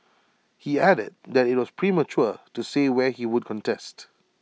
he added that IT was premature to say where he would contest